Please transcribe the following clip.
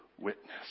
witness